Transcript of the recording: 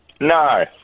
No